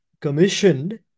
commissioned